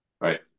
Right